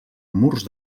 murs